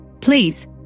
Please